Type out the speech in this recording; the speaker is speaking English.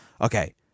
okay